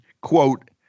quote